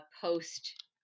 post